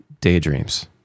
daydreams